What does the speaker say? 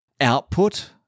output